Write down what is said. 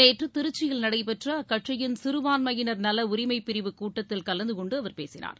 நேற்று திருச்சியில் நடைபெற்ற அக்கட்சியின் சிறுபான்மையினர் நல உரிமை பிரிவு கூட்டத்தில் கலந்துகொண்டு அவர் பேசினார்